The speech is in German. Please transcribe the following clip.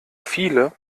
viele